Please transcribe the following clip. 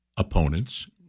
Opponents